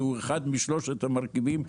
שהוא אחד משלושת המרכיבים,